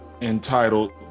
entitled